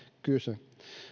kyse